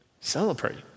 celebrate